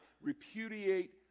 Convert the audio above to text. Repudiate